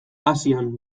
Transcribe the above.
asian